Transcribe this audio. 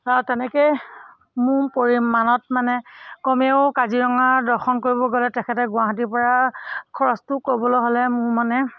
আৰু তেনেকে মোৰ পৰিমাণত মানে কমেও কাজিৰঙা দৰ্শন কৰিবলৈ গ'লে তেখেতে গুৱাহাটীৰ পৰা খৰচটো ক'বলৈ হ'লে মানে